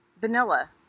Vanilla